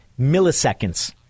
milliseconds